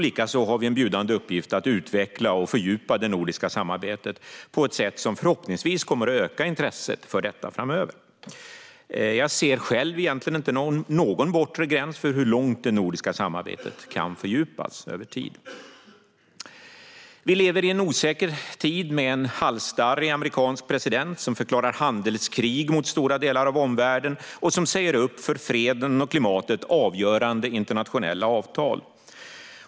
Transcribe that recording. Likaså har vi en bjudande uppgift att utveckla och fördjupa det nordiska samarbetet på ett sätt som förhoppningsvis kommer att öka intresset för detta. Jag ser själv egentligen inte någon bortre gräns för hur långt det nordiska samarbetet kan fördjupas över tid. Vi lever i en osäker tid med en halsstarrig amerikansk president som förklarar handelskrig mot stora delar av omvärlden och som säger upp internationella avtal som är avgörande för freden och klimatet.